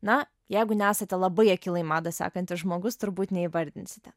na jeigu nesate labai akylai madą sekantis žmogus turbūt neįvardinsite